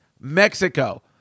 Mexico